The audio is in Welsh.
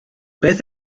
beth